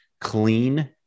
clean